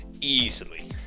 easily